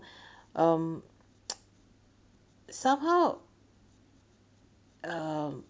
um somehow uh